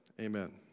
Amen